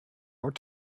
ought